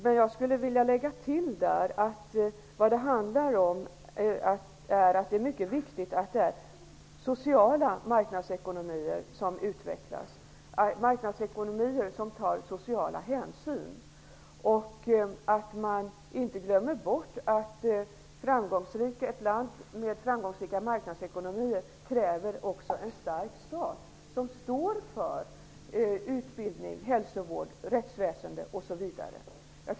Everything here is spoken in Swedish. Men jag vill tillägga att det är mycket viktigt att det är sociala marknadsekonomier som utvecklas, marknadsekonomier som tar sociala hänsyn. Man får inte glömma bort att ett land med framgångsrik marknadsekonomi också kräver en stark stat som står för utbildning, hälsovård, rättsväsende osv.